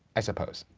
i suppose.